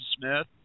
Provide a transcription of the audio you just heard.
Smith